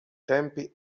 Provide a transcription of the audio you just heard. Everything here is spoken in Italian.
tempi